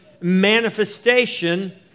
manifestation